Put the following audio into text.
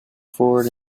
forward